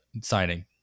signing